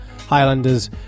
Highlanders